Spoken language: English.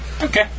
Okay